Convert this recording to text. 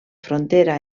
frontera